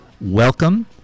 Welcome